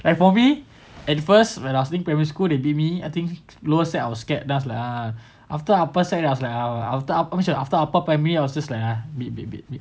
like for me at first when I was doing primary school they beat me I think lower sec I was scared then I was like ah after upper sec I was like ah after after upper primary I was just like ah beat beat beat beat